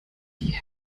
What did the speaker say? die